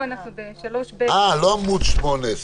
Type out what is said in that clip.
לא בטוח שכל ההגבלות הוחלו.